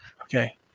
Okay